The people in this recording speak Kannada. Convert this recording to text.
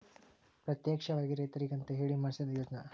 ಪ್ರತ್ಯೇಕವಾಗಿ ರೈತರಿಗಂತ ಹೇಳಿ ಮಾಡ್ಸಿದ ಯೋಜ್ನಾ